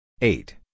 eight